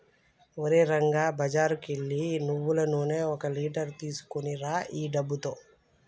ఓరే రంగా బజారుకు ఎల్లి నువ్వులు నూనె ఒక లీటర్ తీసుకురా ఈ డబ్బుతో